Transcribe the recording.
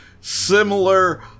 similar